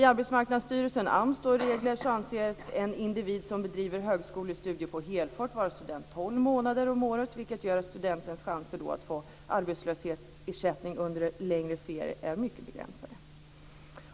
I Arbetsmarknadsstyrelsens, AMS, regler anses en individ som bedriver högskolestudier på helfart vara student tolv månader om året. Det gör att studentens chanser att få arbetslöshetsersättning under längre ferier är mycket begränsade.